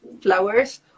flowers